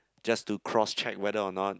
just to cross check whether or not